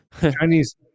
Chinese